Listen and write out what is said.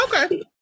Okay